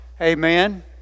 Amen